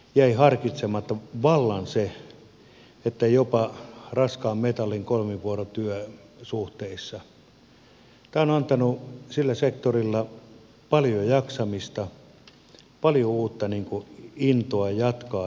jäi harkitsematta vallan se että jopa raskaan metallin kolmivuorotyösuhteissa tämä on antanut sillä sektorilla paljon jaksamista paljon uutta intoa jatkaa